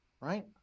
right